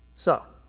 so,